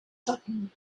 sutton